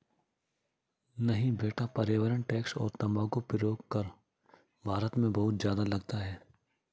नहीं बेटा पर्यावरण टैक्स और तंबाकू प्रयोग कर भारत में बहुत ज्यादा लगता है